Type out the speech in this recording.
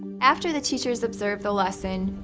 after the teachers observe the lesson,